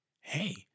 Hey